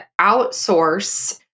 outsource